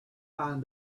find